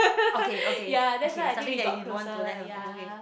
okay okay okay something that you don't want to let her oh okay